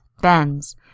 bends